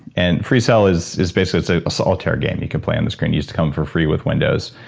and freecell is is basically so a solitaire game you can play on the screen, used to come for free with windows.